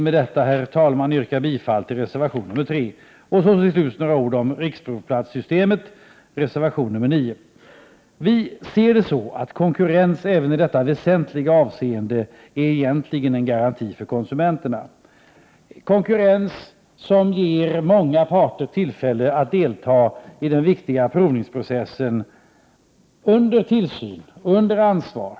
Med detta, herr talman, yrkar jag bifall till reservation 3. Låt mig till slut säga några ord om riksprovplatssystemet, reservation 9. Vi anser att konkurrens även i detta väsentliga avseende är en garanti för konsumenterna. Det är en konkurrens som ger många parter tillfälle att delta iden viktiga provningsprocessen under tillsyn och under ansvar.